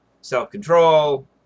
self-control